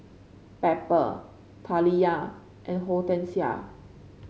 Pepper Taliyah and Hortensia